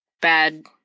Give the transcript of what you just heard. bad